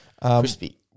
Crispy